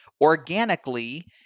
organically